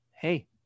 hey